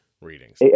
readings